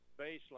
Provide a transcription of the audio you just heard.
baseline